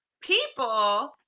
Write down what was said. People